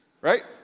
Right